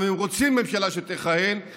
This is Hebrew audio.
והם רוצים ממשלה שתכהן,